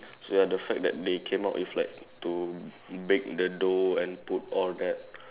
so ya the fact that they came out with like to bake the dough and put all that